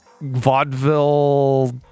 vaudeville